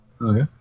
Okay